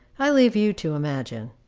i leave you to imagine.